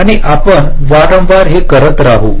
आणि आपण वारंवार हे करत राहू